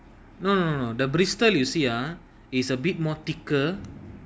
no no no the bristol you see ah is a bit more thicker